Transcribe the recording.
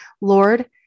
Lord